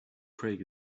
craig